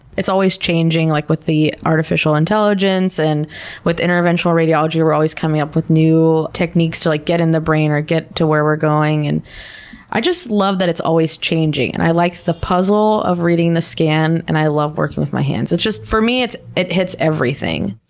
always changing, like, with the artificial intelligence, and with interventional radiology we're always coming up with new techniques to like get in the brain or get to where we're going. and i just love that it's always changing. and i like the puzzle of reading the scan and i love working with my hands. it's just for me, it hits everything.